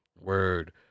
Word